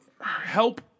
help